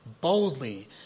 boldly